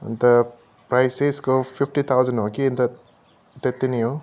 अन्त प्राइस चाहिँ यसको फिप्टी थाउजन हो कि अन्त त्यति नै हो